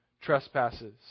trespasses